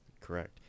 correct